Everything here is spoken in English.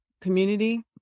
community